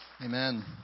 Amen